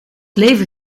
leven